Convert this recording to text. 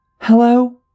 Hello